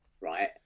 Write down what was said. Right